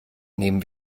nehmen